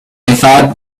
thought